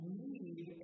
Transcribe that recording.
need